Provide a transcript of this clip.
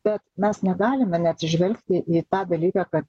bet mes negalime neatsižvelgti į tą dalyką kad